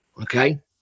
okay